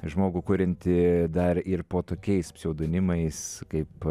žmogų kuriantį dar ir po tokiais pseudonimais kaip